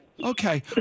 Okay